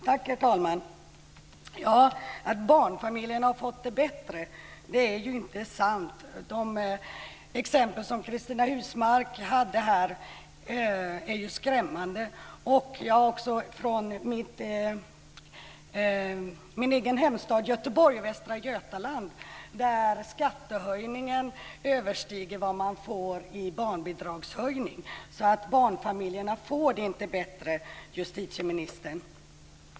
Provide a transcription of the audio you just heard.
Herr talman! Att barnfamiljerna har fått det bättre är inte sant. De exempel som Cristina Husmark Pehrsson gav är skrämmande. Jag har också exempel från min egen hemstad Göteborg i Västra Götaland där skattehöjningen överstiger vad man får i barnbidragshöjning. Barnfamiljerna får det inte bättre, justitieministern.